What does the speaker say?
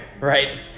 right